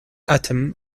atom